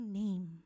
name